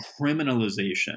criminalization